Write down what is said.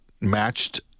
matched